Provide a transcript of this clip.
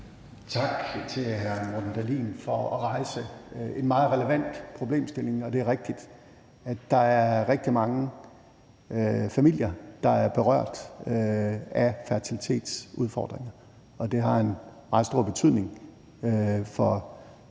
Tak til hr. Morten Dahlin for at rejse en meget relevant problemstilling. Det er rigtigt, at der er rigtig mange familier, der er berørt af fertilitetsudfordringer, og det har en meget stor betydning for